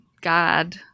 God